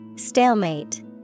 Stalemate